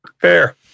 fair